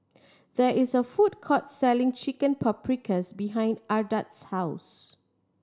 there is a food court selling Chicken Paprikas behind Ardath's house